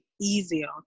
easier